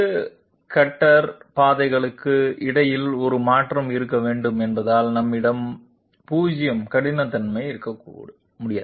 2 cutter பாதைகளுக்கு இடையில் ஒரு மாற்றம் இருக்க வேண்டும் என்பதால் நம்மிடம் 0 கடினத்தன்மை இருக்க முடியாது